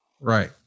Right